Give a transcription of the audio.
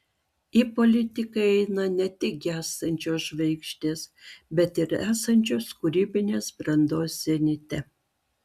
į politiką eina ne tik gęstančios žvaigždės bet ir esančios kūrybinės brandos zenite